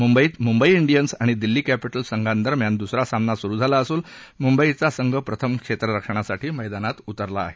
मुंबईत मुंबई डियन्स आणि दिल्ली कॅपिटल संघादरम्यान दुसरा सामना सुरु झाला असून मुंबईचा संघ प्रथम क्षेत्ररक्षणासाठी मैदानात उतरला आहे